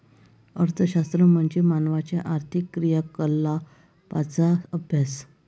अर्थशास्त्र म्हणजे मानवाच्या आर्थिक क्रियाकलापांचा अभ्यास